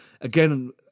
again